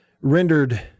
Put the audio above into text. rendered